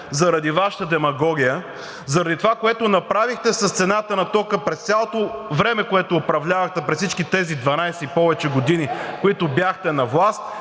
заради Вашата демагогия, заради това, което направихте с цената на тока през цялото време, през което управлявахте, през всичките тези 12 и повече години, в които бяхте на власт,